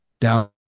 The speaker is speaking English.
down